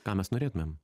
ką mes norėtumėm